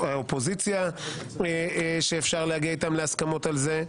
האופוזיציה שאפשר להגיע איתן להסכמות על זה.